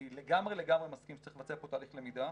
אני לגמרי לגמרי מסכים שצריך לבצע פה תהליך למידה,